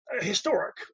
historic